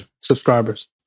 subscribers